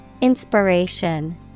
Inspiration